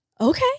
Okay